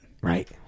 right